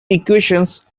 equations